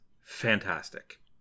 fantastic